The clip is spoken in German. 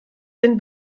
den